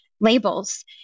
labels